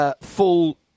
full